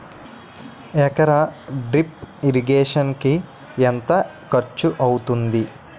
ఎకర drip irrigation కి ఎంత ఖర్చు అవుతుంది?